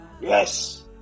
yes